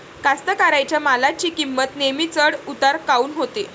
कास्तकाराइच्या मालाची किंमत नेहमी चढ उतार काऊन होते?